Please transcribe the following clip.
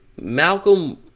Malcolm